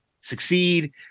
succeed